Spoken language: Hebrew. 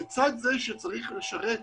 לצד זה שצריך לשרת